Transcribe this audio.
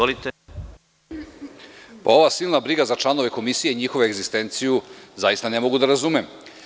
Ovu silnu brigu za članove komisije i njihovu egzistenciju zaista ne mogu da razumem.